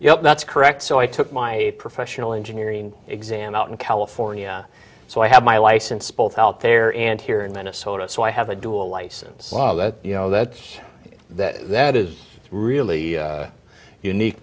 up that's correct so i took my professional engineering exam out in california so i had my license both out there and here in minnesota so i have a dual license that you know that's that that is really unique